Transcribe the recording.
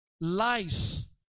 lies